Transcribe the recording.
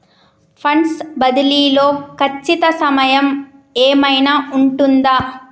Funds బదిలీ లో ఖచ్చిత సమయం ఏమైనా ఉంటుందా?